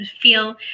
feel